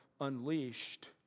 unleashed